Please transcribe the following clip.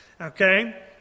okay